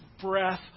breath